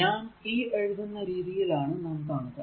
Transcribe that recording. ഞാൻ ഈ എഴുതുന്ന ഈ രീതിയിൽ ആണ് നാം കാണുക